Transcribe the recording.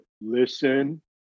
listen